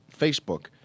Facebook